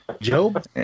Job